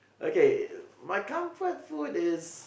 okay my comfort food is